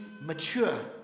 mature